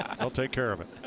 i'll take care of it.